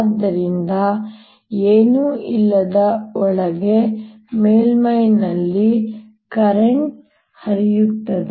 ಆದ್ದರಿಂದ ಏನೂ ಇಲ್ಲದ ಒಳಗೆ ಮೇಲ್ಮೈಯಲ್ಲಿ ಕರೆಂಟ್ ಹರಿಯುತ್ತದೆ